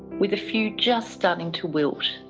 with a few just starting to wilt.